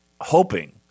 hoping